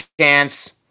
chance